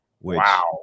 Wow